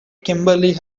kimberly